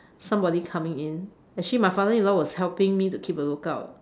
somebody coming in actually my father in law was helping me to keep a look out